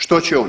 Što će on?